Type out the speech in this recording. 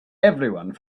everyone